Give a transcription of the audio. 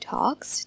Talks